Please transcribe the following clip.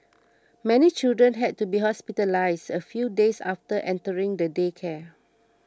many children had to be hospitalised a few days after entering the daycare